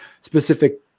specific